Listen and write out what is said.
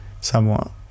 somewhat